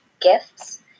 gifts